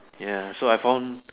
ya so I found